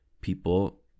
people